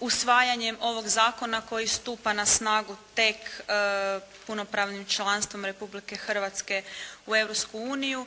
usvajanjem ovog zakona koji stupa na snagu tek punopravnim članstvom Republike Hrvatske u Europsku uniju